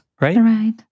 right